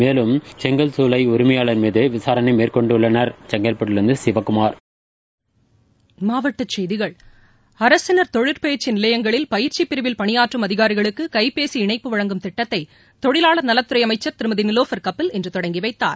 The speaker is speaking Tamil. மேலும் செங்கல் சூளை உரிமையாளர் மீது விசாரணை மேற்கொண்டுள்ளனர்ப மாவட்டச் செய்திகள் அரசினர் தொழிற்பயிற்சி நிலையங்களில் பயிற்சி பிரிவில் பணியாற்றும் அதிகாரிகளுக்கு கைபேசி இணைப்பு வழங்கும் திட்டத்தை தொழிலாளர் நலத்துறை அமைச்சர் திருமதி நிலோபர் கபில் இன்று தொடங்கி வைத்தார்